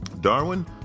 Darwin